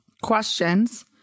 questions